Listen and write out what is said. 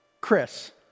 Chris